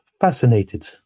fascinated